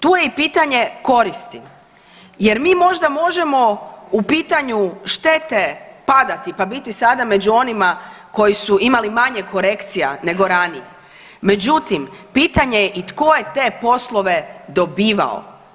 Tu je i pitanje koristi jer mi možda možemo u pitanju štete padati pa biti sada među onima koji su imali manje korekcija nego ranije, međutim pitanje je i tko je te poslove dobivao.